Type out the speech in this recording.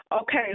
Okay